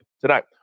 tonight